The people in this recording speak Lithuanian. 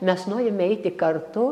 mes norime eiti kartu